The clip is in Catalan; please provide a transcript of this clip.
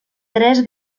tres